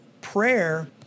prayer